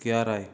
কেয়া রায়